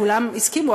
כולם הסכימו,